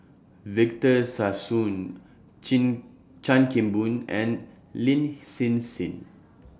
Victor Sassoon Chin Chan Kim Boon and Lin Hsin Hsin